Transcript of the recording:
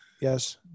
yes